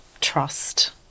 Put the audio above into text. trust